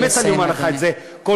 אני באמת אומר לך את זה, נא לסיים.